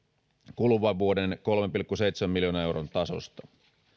kuluvan vuoden kolmen pilkku seitsemän miljoonan tasosta